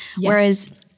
whereas